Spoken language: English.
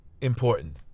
important